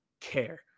care